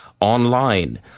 online